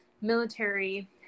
military